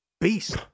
Beast